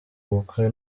ubukwe